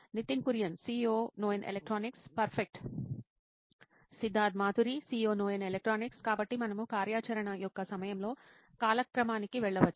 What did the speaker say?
Nitin Kurian COO నోయిన్ electronics perfect Siddharth Maturi CEO నోయిన్ electronics కాబట్టి మనము కార్యాచరణ యొక్క 'సమయంలో' కాలక్రమానికి వెళ్ళవచ్చు